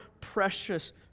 precious